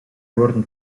wurden